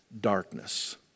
darkness